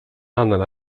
annan